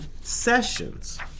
sessions